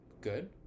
Good